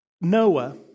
Noah